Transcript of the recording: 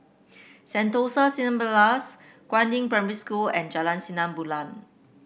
Sentosa Cineblast Guangyang Primary School and Jalan Sinar Bulan